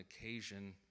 occasion